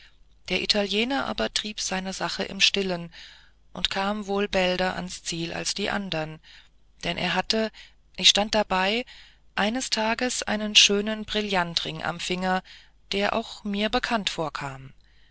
der italiener aber trieb seine sache im stillen und kam wohl bälder ans ziel als die andern denn er hatte ich stand dabei eines tages einen schönen brillantring am finger der auch mir bekannt vorkam